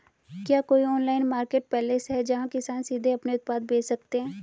क्या कोई online marketplace है जहां किसान सीधे अपने उत्पाद बेच सकते हैं?